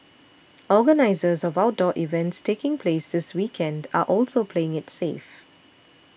organisers of outdoor events taking place this weekend are also playing it safe